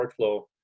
workflow